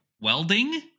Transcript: welding